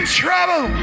trouble